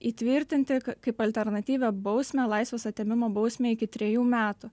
įtvirtinti kaip alternatyvią bausmę laisvės atėmimo bausmę iki trejų metų